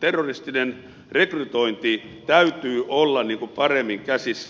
terroristisen rekrytoinnin täytyy olla paremmin käsissä